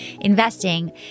investing